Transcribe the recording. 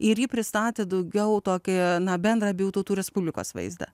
ir ji pristatė daugiau tokį bendrą abiejų tautų respublikos vaizdą